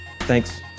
Thanks